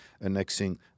annexing